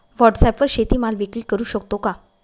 व्हॉटसॲपवर शेती माल विक्री करु शकतो का?